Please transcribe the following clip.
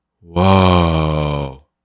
Whoa